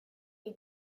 est